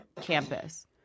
campus